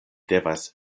devas